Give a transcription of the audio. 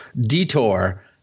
detour